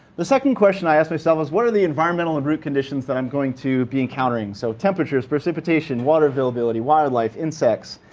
the second question i ask myself is what are the environmental and route conditions that i'm going to be encountering? so temperatures, precipitation, water availability, wildlife, insects.